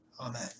Amen